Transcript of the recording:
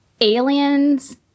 aliens